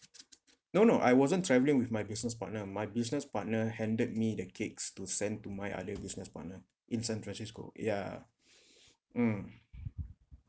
no no I wasn't travelling with my business partner my business partner handed me the cakes to send to my other business partner in san francisco ya mm